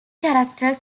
character